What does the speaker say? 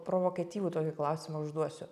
provokatyvų tokį klausimą užduosiu